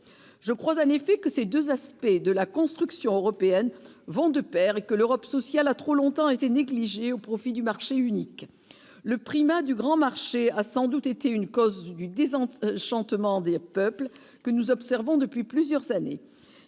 je crois, un effet que ces 2 aspects de la construction européenne vont de Pair et que l'Europe sociale a trop longtemps été négligé au profit du marché unique, le primat du grand marché, a sans doute été une cause du désenchantement chante Mandé peuple que nous observons depuis plusieurs années,